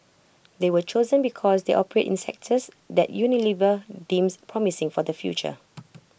they were chosen because they operate in sectors that Unilever deems promising for the future